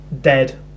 Dead